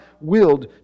willed